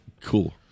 Cool